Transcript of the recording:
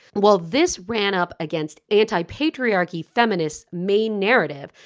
while this ran up against anti patriarchy feminists main narrative,